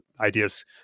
ideas